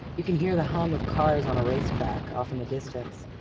you can hear the hum of cars on a racetrack off in the distance,